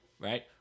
right